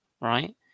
right